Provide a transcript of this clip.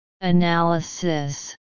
Analysis